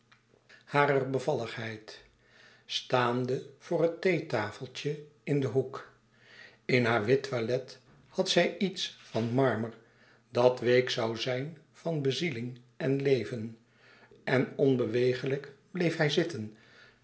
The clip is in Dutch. harer bevalligheid staande voor het theetafeltje in den hoek in haar wit toilet had zij iets van marmer dat week zoû zijn van bezieling en leven en onbewegelijk bleef hij zitten